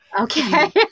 Okay